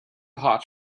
hot